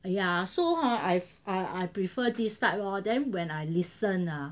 ya so hor I've I I prefer this type lor then when I listen ah